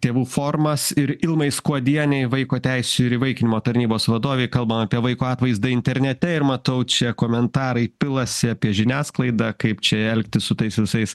tėvų formas ir ilmai skuodienei vaiko teisių ir įvaikinimo tarnybos vadovei kalbam apie vaiko atvaizdą internete ir matau čia komentarai pilasi apie žiniasklaidą kaip čia elgtis su tais visais